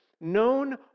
known